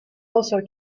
also